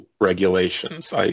regulations